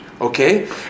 okay